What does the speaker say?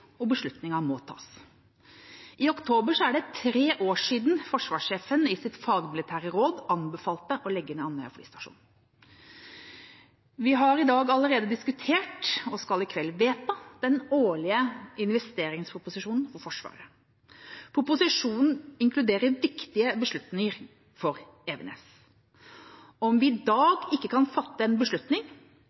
og beslutningen må tas. I oktober er det tre år siden forsvarssjefen i sitt fagmilitære råd anbefalte å legge ned Andøya flystasjon. Vi har i dag allerede diskutert – og skal i kveld vedta – den årlige investeringsproposisjonen for Forsvaret. Proposisjonen inkluderer viktige beslutninger for Evenes. Om vi i dag ikke kan fatte en beslutning,